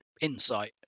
Insight